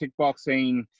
kickboxing